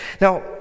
Now